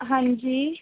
हां जी